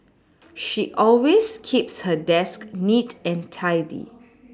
she always keeps her desk neat and tidy